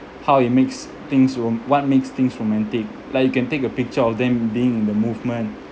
how it makes things ro~ what makes things romantic like you can take a picture of them being in the movement